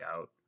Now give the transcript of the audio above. out